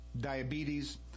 diabetes